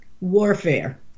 Warfare